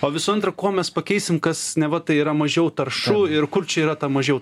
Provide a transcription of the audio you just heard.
o visų antra kuo mes pakeisim kas neva tai yra mažiau taršu ir kur čia yra ta mažiau